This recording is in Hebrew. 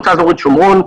מועצה אזורית שומרון,